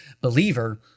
believer